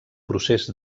procés